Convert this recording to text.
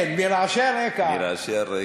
כן, מרעשי הרקע.